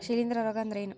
ಶಿಲೇಂಧ್ರ ರೋಗಾ ಅಂದ್ರ ಏನ್?